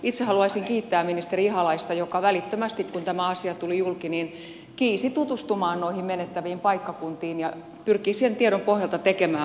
itse haluaisin kiittää ministeri ihalaista joka välittömästi kun tämä asia tuli julki kiisi tutustumaan noihin menettäviin paikkakuntiin ja pyrki sen tiedon pohjalta tekemään parhaansa